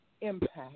impact